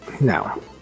No